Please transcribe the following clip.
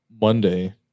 Monday